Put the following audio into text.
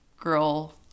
girl